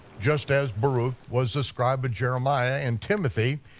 just as baruch was the scribe of jeremiah and timothy,